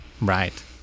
Right